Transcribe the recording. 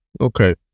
Okay